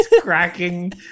cracking